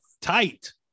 tight